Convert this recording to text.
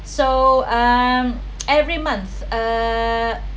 so um every month uh